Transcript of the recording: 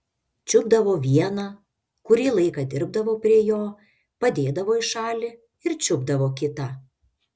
čiupdavo vieną kurį laiką dirbdavo prie jo padėdavo į šalį ir čiupdavo kitą